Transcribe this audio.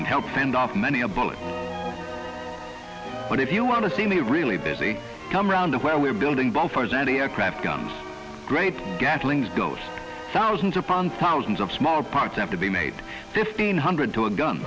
and help send off many a bullet but if you want to see me really busy come around where we're building buffers any aircraft comes great gatlings goes thousands upon thousands of small parts have to be made fifteen hundred to a gun